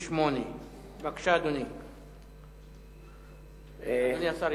שאילתא מס' 98. בבקשה, אדוני השר יענה.